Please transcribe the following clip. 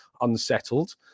unsettled